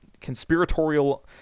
conspiratorial